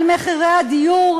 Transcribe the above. על מחירי הדיור,